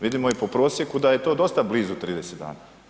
Vidimo i po prosjeku da je to dosta blizu 30 dana.